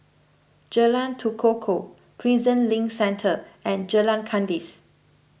Jalan Tekukor Prison Link Centre and Jalan Kandis